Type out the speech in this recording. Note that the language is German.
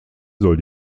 soll